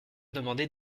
demander